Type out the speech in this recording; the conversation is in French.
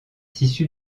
tissu